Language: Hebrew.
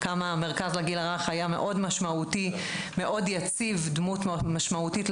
כמה המרכז לגיל הרך היה מאוד משמעותי ומאוד יציב עבור ההורים